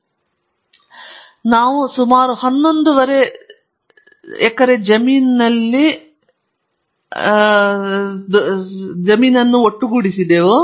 ಆದ್ದರಿಂದ ನಾವು ಸುಮಾರು ಹನ್ನೊಂದು ಅರ್ಧ ಎಕರೆ ಒಟ್ಟು ಸಿಕ್ಕಿತು